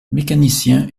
mécanicien